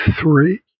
three